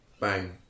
bang